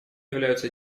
являются